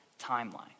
timeline